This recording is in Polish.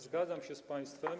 Zgadzam się z państwem.